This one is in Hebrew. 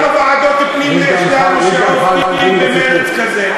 אז כמה ועדות פנים יש לנו שעובדות במרץ כזה?